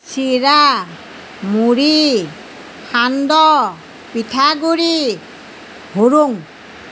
চিৰা মুৰি সান্দহ পিঠাগুৰি হুৰুং